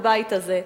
בבית הזה: